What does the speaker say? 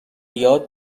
یاد